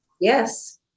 Yes